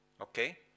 Okay